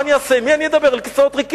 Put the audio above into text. מה אני אעשה, עם מי אני אדבר, אל כיסאות ריקים?